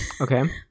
Okay